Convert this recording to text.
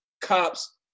cops